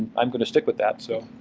i'm going to stick with that. so